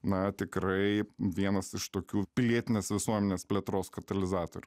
na tikrai vienas iš tokių pilietinės visuomenės plėtros katalizatorių